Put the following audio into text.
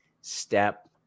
step